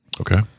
Okay